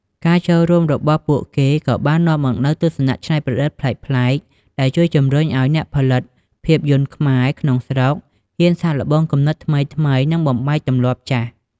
ការចូលរួមរបស់ពួកគេក៏បាននាំមកនូវ ទស្សនៈច្នៃប្រឌិត ប្លែកៗ ដែលជួយជំរុញឱ្យអ្នកផលិតភាពយន្តខ្មែរក្នុងស្រុកហ៊ានសាកល្បងគំនិតថ្មីៗ និងបំបែកទម្លាប់ចាស់។